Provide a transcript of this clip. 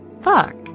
fuck